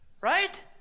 Right